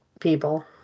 people